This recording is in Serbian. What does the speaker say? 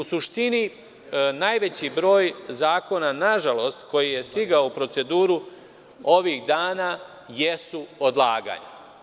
U suštini, najveći broj zakona, nažalost, koji je stigao u proceduru ovih dana jesu odlaganja.